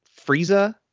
Frieza